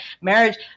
marriage